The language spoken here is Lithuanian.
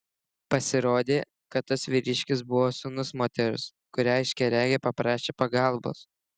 pasirodė kad tas vyriškis buvo sūnus moters kurią aiškiaregė paprašė pagalbos